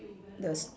the s~